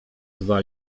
dwa